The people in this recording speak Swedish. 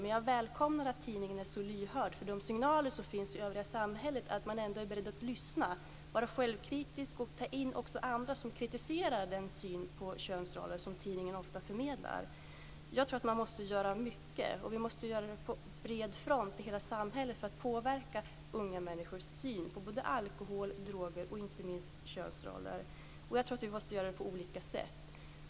Men jag välkomnar att tidningen är så lyhörd för de signaler som finns i det övriga samhället att man ändå är beredd att lyssna, vara självkritisk och ta in också andra som kritiserar den syn på könsroller som tidningen ofta förmedlar. Jag tror att man måste göra mycket - och vi måste göra det på bred front i hela samhället - för att påverka unga människors syn på alkohol, droger och inte minst könsroller. Och jag tror att vi måste göra det här på olika sätt.